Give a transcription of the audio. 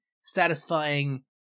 satisfying